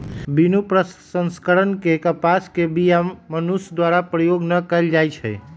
बिनु प्रसंस्करण के कपास के बीया मनुष्य द्वारा प्रयोग न कएल जाइ छइ